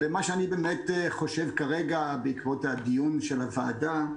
בעקבות דיון הוועדה,